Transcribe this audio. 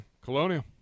Colonial